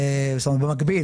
במקביל,